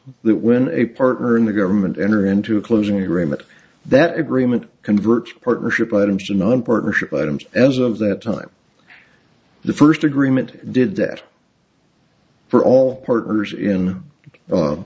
that when a partner in the government enter into a closing agreement that agreement converts partnership items to none partnership items as of that time the first agreement did that for all partners in